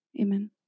Amen